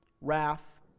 wrath